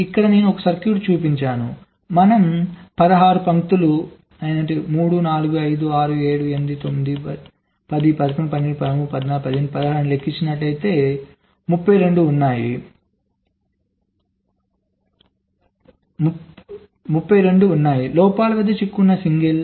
ఇక్కడ నేను ఒక సర్క్యూట్ చూపించాను మనం 16 పంక్తులు 3 4 5 6 7 8 9 10 11 12 13 14 15 16 అని లెక్కించినట్లయితే 32 ఉన్నాయి లోపాల వద్ద చిక్కుకున్న సింగిల్